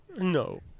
No